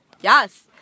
Yes